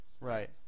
Right